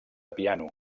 piano